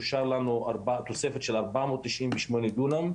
אושרה לנו תוספת של ארבע מאות תשעים ושמונה דונם,